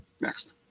Next